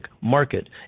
market